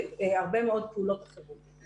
הרבה מאוד פעולות אחרות.